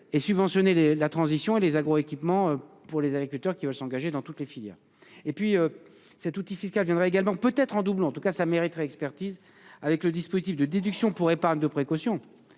Et subventionner les la transition et les agro-équipements pour les agriculteurs qui veulent s'engager dans toutes les filières. Et puis cet outil fiscal viendra également peut être en double, en tout cas ça mériterait expertise avec le dispositif de déduction pourrait pas de précaution